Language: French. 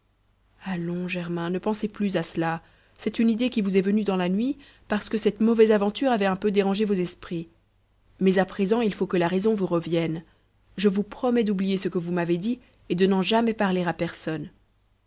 allons germain ne pensez plus à cela c'est une idée qui vous est venue dans la nuit parce que cette mauvaise aventure avait un peu dérangé vos esprits mais à présent il faut que la raison vous revienne je vous promets d'oublier ce que vous m'avez dit et de n'en jamais parler à personne